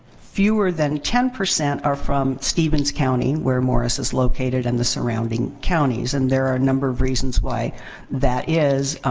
fewer than ten percent are from stevens county, where morris is located, and the surrounding counties. and there are a number of reasons why that is.